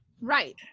Right